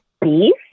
Beef